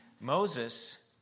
Moses